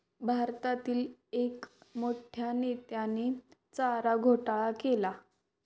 भारतातील एक मोठ्या नेत्याने चारा घोटाळा केला